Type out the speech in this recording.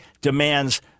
demands